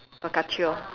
focaccia